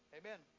amen